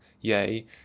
yea